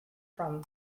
from